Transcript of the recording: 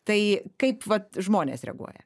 tai kaip vat žmonės reaguoja